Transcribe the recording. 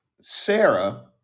sarah